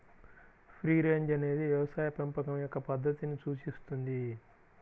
free range అనేది వ్యవసాయ పెంపకం యొక్క పద్ధతిని సూచిస్తుంది